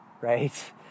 Right